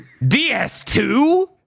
DS2